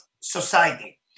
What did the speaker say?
society